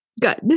Good